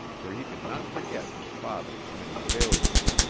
for he could not forget his father's many failures.